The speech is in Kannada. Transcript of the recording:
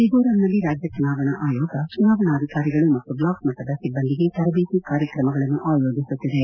ಮಿಝೋರಾಂನಲ್ಲಿ ರಾಜ್ಲ ಚುನಾವಣಾ ಆಯೋಗ ಚುನಾವಣಾಧಿಕಾರಿಗಳು ಮತ್ತು ಬ್ಲಾಕ್ ಮಟ್ಟದ ಸಿಭ್ಲಂದಿಗೆ ತರಬೇತಿ ಕಾರ್ಯಕ್ರಮಗಳನ್ನು ಆಯೋಜಿಸುತ್ತಿದೆ